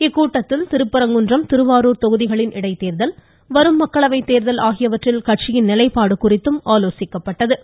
இந்த கூட்டத்தில் திருப்பரங்குன்றம் திருவாரூர் தொகுதிகளின் இடைத்தோதல் வரும் மக்களவைத் தேர்தல் ஆகியவற்றில் கட்சியின் நிலைப்பாடு குறித்து ஆலோசிக்கப்படுவதாக தெரிகிறது